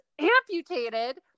amputated